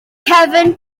cefn